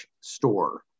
store